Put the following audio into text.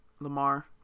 Lamar